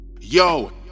Yo